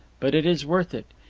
but it is worth it.